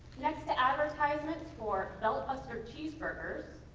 next to advertisements for belt-buster cheeseburgers,